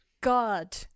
God